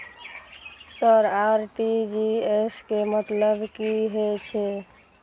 Sir RTGS के मतलब की हे छे?